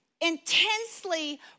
intensely